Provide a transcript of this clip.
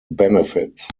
benefits